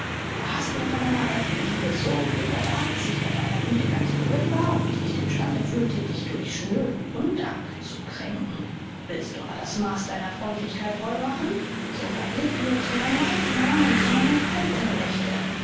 du hast mir von deiner alten liebe so viel bewahrt daß ich von deiner güte ganz gerührt war und mich nicht imstande fühlte dich durch schnöden undank zu kränken willst du aber das maß deiner freundlichkeit voll machen so verhilf mir zu meinem alten namen und zu meinem alten rechte